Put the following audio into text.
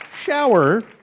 shower